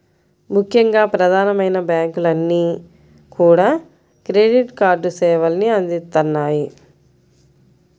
ముఖ్యంగా ప్రధానమైన బ్యాంకులన్నీ కూడా క్రెడిట్ కార్డు సేవల్ని అందిత్తన్నాయి